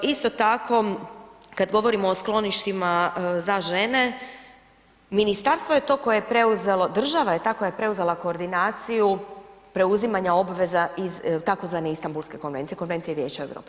Isto tako kad govorimo o skloništima za žene ministarstvo je to koje je preuzelo, država je ta koja je preuzela koordinaciju preuzimanja obveza iz tzv. Istanbulske konvencije, Konvencije vijeća Europe.